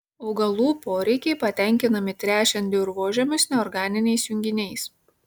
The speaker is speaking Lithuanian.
augalų poreikiai patenkinami tręšiant dirvožemius neorganiniais junginiais